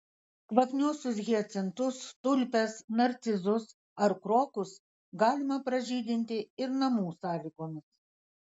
kvapniuosius hiacintus tulpės narcizus ar krokus galima pražydinti ir namų sąlygomis